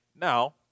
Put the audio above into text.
Now